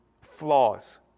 flaws